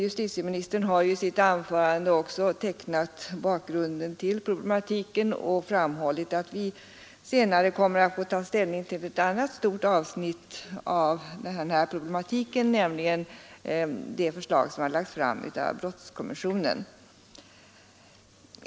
Justitieministern har i sitt anförande också tecknat bakgrunden till problematiken och framhållit att vi senare kommer att få ta ställning till ett annat stort avsnitt av den här problematiken, nämligen det förslag som har lagts fram av brottskommissionen.